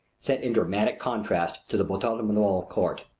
set in dramatic contrast to the boutet de monvel court.